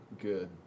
good